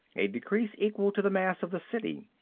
a decrease equal to the mass of the city.